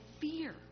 fear